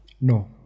no